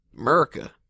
America